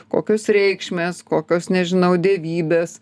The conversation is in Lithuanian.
kokios reikšmės kokios nežinau dievybės